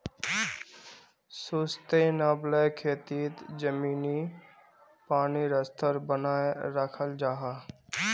sustainable खेतित ज़मीनी पानीर स्तर बनाए राखाल जाहा